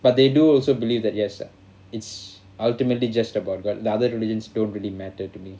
but they do also believe that yes sir it's ultimately just about god the other religion still really matter to me